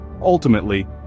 ultimately